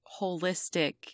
holistic